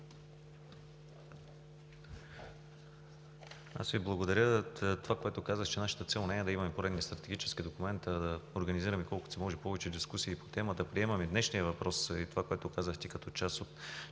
Аз Ви благодаря. Нашата цел не е да имаме пореден стратегически документ, а да организираме колкото се може повече дискусии по темата. Приемаме днешния въпрос и това, което казахте, като част от